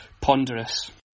Ponderous